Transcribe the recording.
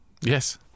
Yes